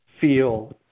feel